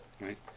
right